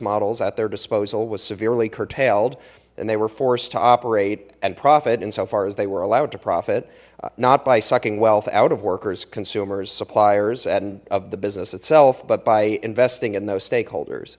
models at their disposal was severely curtailed and they were forced to operate and profit insofar as they were allowed to profit not by sucking wealth out of workers consumers suppliers and of the business itself but by investing in those stakeholders